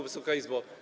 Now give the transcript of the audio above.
Wysoka Izbo!